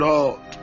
Lord